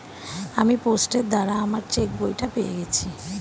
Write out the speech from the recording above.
আমি পোস্টের দ্বারা আমার চেকবইটা পেয়ে গেছি